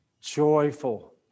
joyful